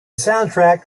soundtrack